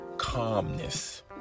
calmness